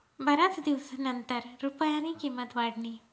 बराच दिवसनंतर रुपयानी किंमत वाढनी